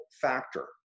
factor